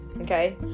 Okay